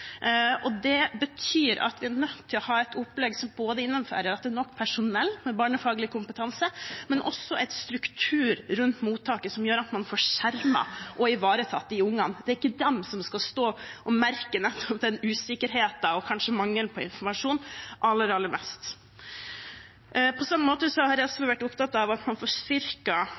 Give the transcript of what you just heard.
og det betyr at vi er nødt til å ha et opplegg som innebærer at det er både nok personell med barnefaglig kompetanse og også en struktur rundt mottaket som gjør at man får skjermet og ivaretatt de ungene. Det er ikke de som skal stå og merke den usikkerheten og kanskje mangelen på informasjon aller, aller mest. På samme måte har SV vært opptatt av at man